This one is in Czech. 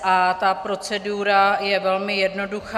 A procedura je velmi jednoduchá.